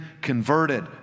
converted